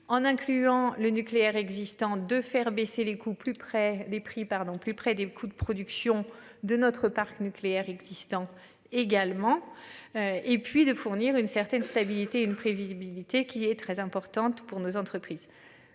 en incluant le nucléaire existant, de faire baisser les coûts, plus près des prix pardon plus près des coûts de production de notre parc nucléaire existant également. Et puis de fournir une certaine stabilité une prévisibilité qui est très importante pour nos entreprises.